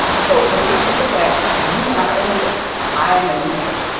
so you need to look at you are immigrants. i am an immigrant.